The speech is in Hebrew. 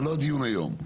זה לא הדיון היום.